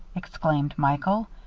exclaimed michael.